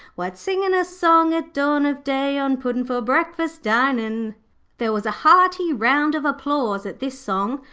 why, it's singin' a song at dawn of day, on puddin' for breakfast dinin' there was a hearty round of applause at this song,